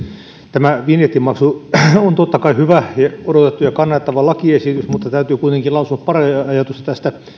tämä vinjettimaksu on totta kai hyvä ja odotettu ja kannatettava lakiesitys mutta täytyy kuitenkin lausua pari ajatusta tästä